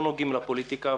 שלא נוגעים לפוליטיקה.